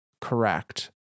correct